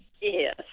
yes